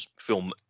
film